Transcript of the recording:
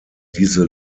diese